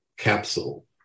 capsule